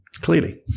clearly